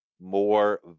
more